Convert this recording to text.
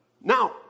Now